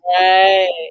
Right